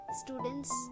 students